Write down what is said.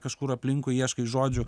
kažkur aplinkui ieškai žodžių